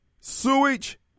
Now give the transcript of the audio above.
sewage